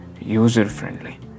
user-friendly